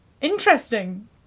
interesting